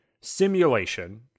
simulation